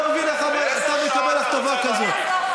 אני לא מבין איך אתה מקבל הכתבה כזאת.